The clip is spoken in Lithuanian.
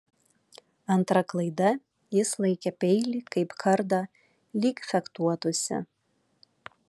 antra klaida jis laikė peilį kaip kardą lyg fechtuotųsi